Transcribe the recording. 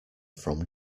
from